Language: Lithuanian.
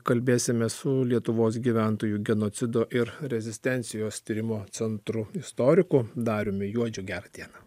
kalbėsimės su lietuvos gyventojų genocido ir rezistencijos tyrimo centru istoriku dariumi juodžiu gerą dieną